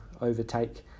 overtake